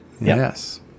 Yes